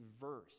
verse